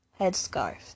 headscarf